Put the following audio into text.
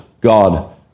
God